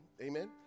Amen